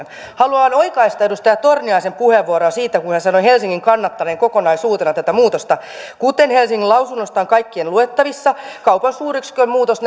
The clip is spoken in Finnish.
haluan oikaista edustaja torniaisen puheenvuoroa siitä kun hän sanoi helsingin kannattaneen kokonaisuutena tätä muutosta kuten helsingin lausunnosta on kaikkien luettavissa kaupan suuryksikön muutos